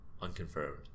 Unconfirmed